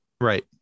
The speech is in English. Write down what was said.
Right